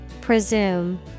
Presume